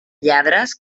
lladres